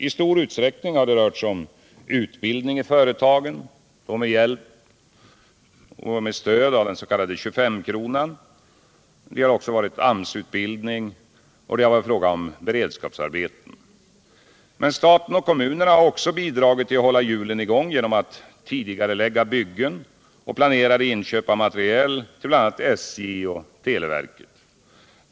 I stor utsträckning har det rört sig om utbildning i företagen med stöd av den s.k. 25-kronan, AMS-utbildning och beredskapsarbeten. Men staten och kommunerna har också bidragit till att hålla hjulen i gång genom att tidigarelägga byggen och planerade inköp av materiel till bl.a. SJ och televerket.